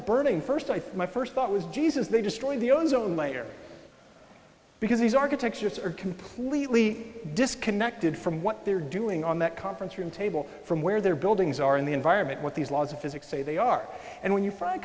burning first i thought my first thought was jesus they destroy the ozone layer because these architectures are completely disconnected from what they're doing on that conference room table from where their buildings are in the environment what these laws of physics say they are and when you find a